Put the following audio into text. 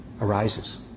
arises